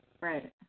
Right